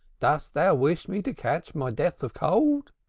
dost thou wish me to catch my death of cold?